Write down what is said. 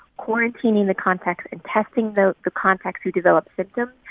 quarantining the contacts and testing the the contacts who develop symptoms.